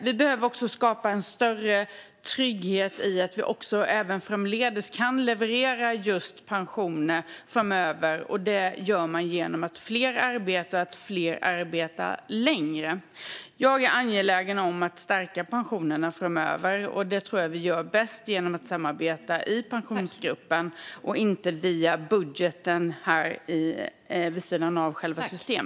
Vi behöver också skapa en större trygghet i att vi även framdeles kan leverera pensioner, och det gör man genom att fler arbetar och fler arbetar längre. Jag är angelägen om att stärka pensionerna framöver, och det tror jag att vi gör bäst genom att samarbeta i Pensionsgruppen och inte via budgeten vid sidan av själva systemet.